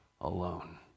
alone